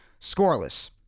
scoreless